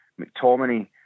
McTominay